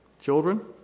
children